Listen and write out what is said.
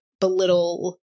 belittle